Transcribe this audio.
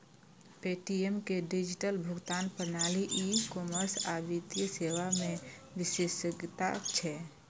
Paytm के digital भुगतान प्रणाली, ई कॉमर्स आ वित्तीय सेवा मे विशेषज्ञता छै